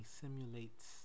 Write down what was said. simulates